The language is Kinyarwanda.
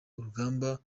urugamba